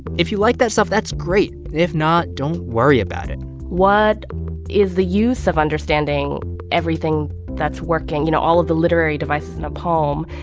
if you like that stuff, that's great. if not, don't worry about it what is the use of understanding everything that's working, you know, all of the literary devices in a poem,